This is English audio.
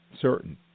certain